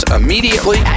immediately